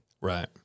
Right